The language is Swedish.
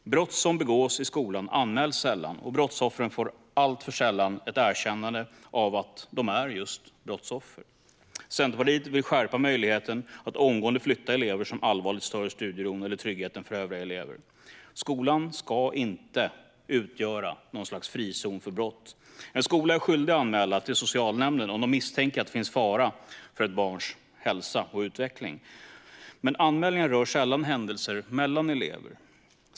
Brott som begås i skolan anmäls sällan, och brottsoffren får alltför sällan ett erkännande av att de är just brottsoffer. Centerpartiet vill skärpa möjligheten att omgående flytta elever som allvarligt stör studieron eller tryggheten för övriga elever. Skolan ska inte utgöra något slags frizon för brott. En skola är skyldig att anmäla till socialtjänsten om de misstänker att det finns fara för ett barns hälsa och utveckling, men anmälningarna rör sällan händelser mellan elever.